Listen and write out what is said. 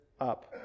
up